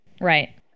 Right